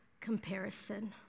comparison